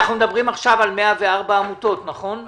אנחנו מדברים עכשיו על 104 עמותות, נכון?